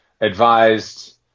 advised